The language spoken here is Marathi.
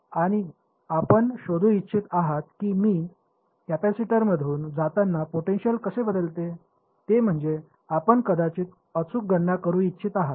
आणि आपण शोधू इच्छित आहात की मी कॅपेसिटरमधून जाताना पोटेन्शिअल कसे बदलते ते म्हणजे आपण कदाचित अचूक गणना करू इच्छित आहात